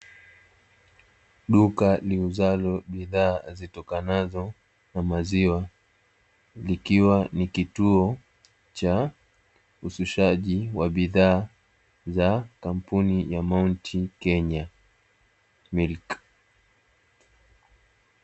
Duka liuzalo bidhaa zitokanazo na maziwa, likiwa ni kituo cha ushushaji wa bidhaa, za kampuni ya "mount Kenya milk".